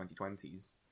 2020s